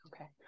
Okay